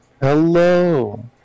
Hello